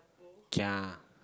kia